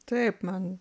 taip man